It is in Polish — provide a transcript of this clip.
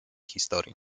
historii